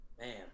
Man